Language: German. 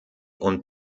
und